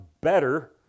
better